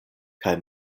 kaj